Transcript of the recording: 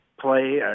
play